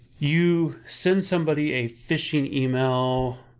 you send somebody a phishing email